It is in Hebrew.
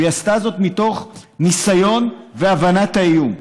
והיא עשתה זאת מתוך ניסיון והבנת האיום.